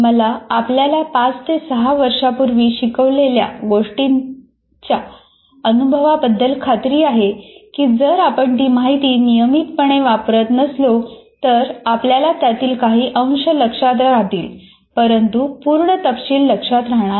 मला आपल्याला पाच ते सहा वर्षांपूर्वी शिकवलेल्या गोष्टींच्या अनुभवाबद्दल खात्री आहे की जर आपण ती माहिती नियमितपणे वापरत नसलो तर आपल्याला त्यातील काही अंश लक्षात राहतील परंतु पूर्ण तपशील लक्षात राहणार नाही